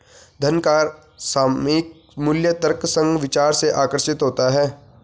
धन का सामयिक मूल्य तर्कसंग विचार से आकर्षित होता है